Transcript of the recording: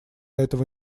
этого